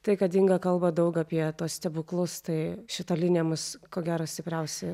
tai kad inga kalba daug apie tuos stebuklus tai šita linija mūsų ko gero stipriausiai